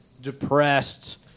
depressed